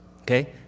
Okay